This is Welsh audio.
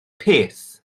peth